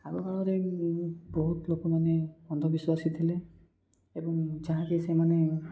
ଆଗକାଳରେ ବହୁତ ଲୋକମାନେ ଅନ୍ଧବିଶ୍ୱାସୀ ଥିଲେ ଏବଂ ଯାହାକି ସେମାନେ